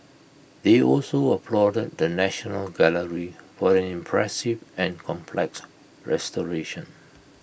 they also applauded the national gallery for an impressive and complex restoration